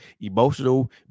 emotional